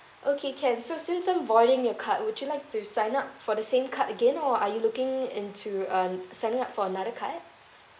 okay can so since I'm voiding your card would you like to sign up for the same card again or are you looking into uh signing up for another card